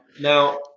now